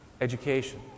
Education